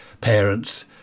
parents